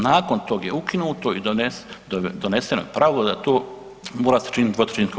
Nakon tog je ukinuto i doneseno je pravo da to mora se činiti 2/